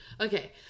Okay